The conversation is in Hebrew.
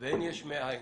ואין יש מאין,